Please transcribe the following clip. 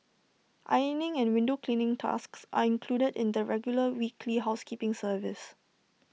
ironing and window cleaning tasks are included in the regular weekly housekeeping service